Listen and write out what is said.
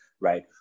right